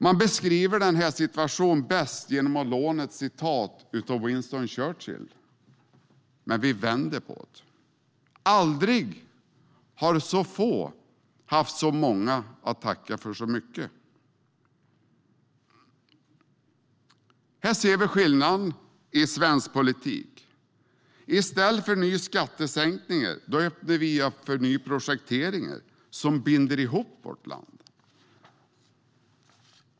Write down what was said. Man beskriver den här situationen bäst genom att låna ett citat av Winston Churchill - men vi vänder på det: Aldrig har så få haft så många att tacka för så mycket. Här ser vi skillnaden i svensk politik. I stället för nya skattesänkningar öppnar vi för nya projekteringar som binder ihop vårt land.